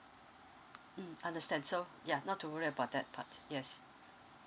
mm understand so ya not to worry about that part yes